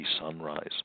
sunrise